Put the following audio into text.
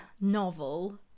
novel